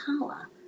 power